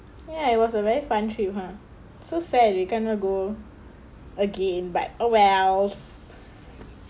ya it was a very fun trip ha so sad we cannot go again but oh well